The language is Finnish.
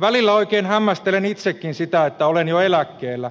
välillä oikein hämmästelen itsekin sitä että olen jo eläkkeellä